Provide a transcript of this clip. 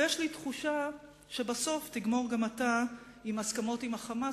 ויש לי תחושה שבסוף תגמור גם אתה עם הסכמות עם ה"חמאס".